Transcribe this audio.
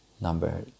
number